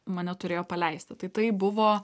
mane turėjo paleisti tai tai buvo